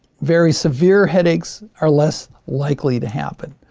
very severe headaches are less likely to happen.